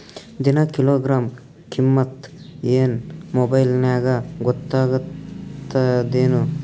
ದಿನಾ ಕಿಲೋಗ್ರಾಂ ಕಿಮ್ಮತ್ ಏನ್ ಮೊಬೈಲ್ ನ್ಯಾಗ ಗೊತ್ತಾಗತ್ತದೇನು?